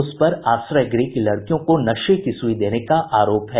उस पर आश्रय गृह की लड़कियों को नशे की सुई देने का आरोप है